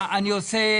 אני עושה